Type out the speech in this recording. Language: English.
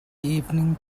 evening